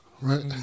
right